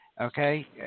okay